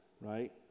Right